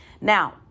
Now